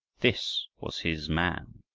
this was his man!